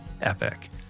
epic